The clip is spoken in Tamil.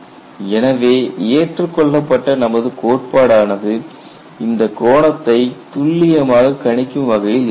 எனவே ஏற்றுக்கொள்ளப்பட்ட நமது கோட்பாடு ஆனது இந்த கோணத்தை துல்லியமாக கணிக்கும் வகையில் இருக்க வேண்டும்